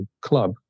Club